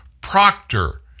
proctor